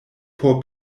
por